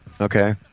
okay